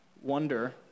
wonder